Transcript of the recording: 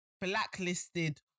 blacklisted